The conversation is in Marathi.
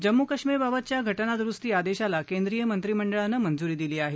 जम्मू कशमीरबाबतच्या घटना दुरूस्ती आदेशाला केंद्रीय मंत्रिमंडळाने मंजुरी दिली आहे